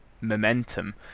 momentum